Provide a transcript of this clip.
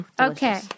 Okay